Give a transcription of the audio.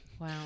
Wow